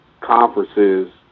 conferences